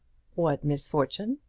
what misfortune?